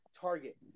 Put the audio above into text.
Target